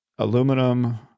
Aluminum